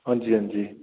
हंजी हंजी